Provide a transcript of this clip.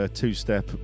two-step